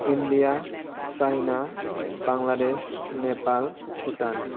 India China Bangladesh Nepal Bhutan